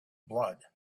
blood